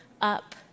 up